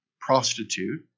prostitute